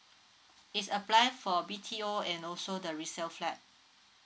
it's apply for B_T_O and also the resale flat